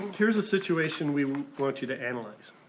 here's a situation we want you to analyze.